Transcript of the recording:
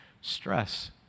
stress